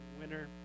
winner